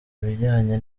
bijyanye